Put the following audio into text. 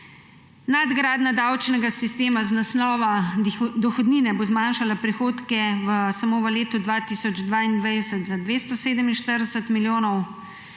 Nadgradnja davčnega sistema iz naslova dohodnine bo zmanjšala prihodke samo v letu 2022 za 247 milijonov. Potem